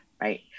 right